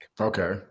Okay